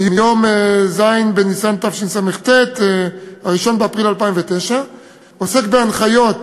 מיום ז' בניסן תשס"ט, 1 באפריל 2009, עוסק בהנחיות